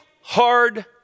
hard